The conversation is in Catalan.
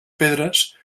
pedres